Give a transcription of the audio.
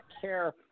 care